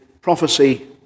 prophecy